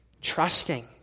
trusting